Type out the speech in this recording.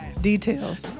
details